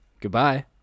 Goodbye